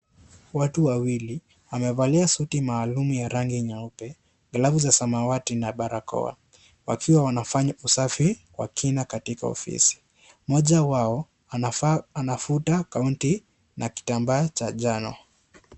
Watu wawili wamevalia suti maalum ya rangi nyeupe, glavu samawati na barakoa wakiwa wanafanya usafi wa kina katika ofisi. Mmoja wao anavuta kaunti na kitambaa cha njano.